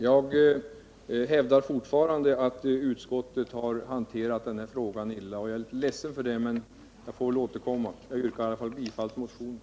Jag hävdar fortfarande att utskottet har hanterat den här frågan illa, och jag är ledsen för det, men jag får väl återkomma. Jag yrkar i alla fall bifall till motionen.